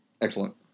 excellent